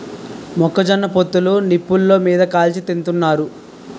మొక్క జొన్న పొత్తులు నిప్పులు మీది కాల్చి తింతన్నారు